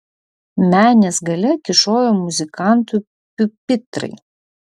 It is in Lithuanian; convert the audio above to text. menės gale kyšojo muzikantų piupitrai